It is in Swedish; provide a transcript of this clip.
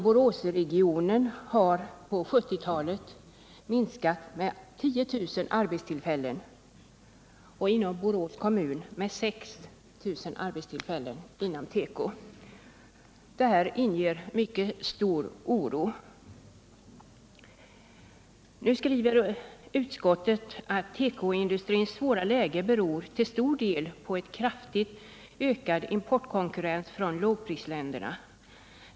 Boråsregionen har på 70-talet förlorat 10 000 arbetstillfällen och Borås kommun 6 000 inom teko. Det här inger mycket stor oro. Nu skriver utskottet att tekoindustrins svåra läge till stor del beror på en kraftigt ökad importkonkurrens från lågprisländerna.